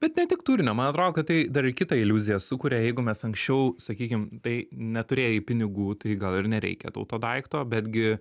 bet ne tik turinio man atrodo kad tai dar ir kitą iliuziją sukuria jeigu mes anksčiau sakykim tai neturėjai pinigų tai gal ir nereikia tau to daikto bet gi